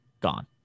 Gone